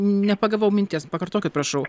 nepagavau minties pakartokit prašau